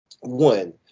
One